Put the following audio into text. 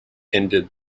ended